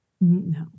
No